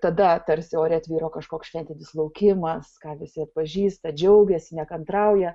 tada tarsi ore tvyro kažkoks šventinis laukimas ką visi atpažįsta džiaugiasi nekantrauja